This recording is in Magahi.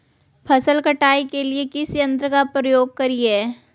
फसल कटाई के लिए किस यंत्र का प्रयोग करिये?